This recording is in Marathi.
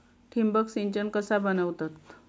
ठिबक सिंचन कसा बनवतत?